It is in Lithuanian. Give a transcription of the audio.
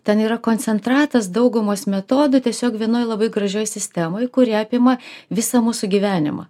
ten yra koncentratas daugumos metodu tiesiog vienoj labai gražioj sistemoj kuri apima visą mūsų gyvenimą